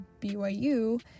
BYU